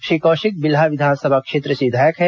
श्री कौशिक बिल्हा विधानसभा क्षेत्र से विधायक हैं